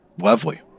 Lovely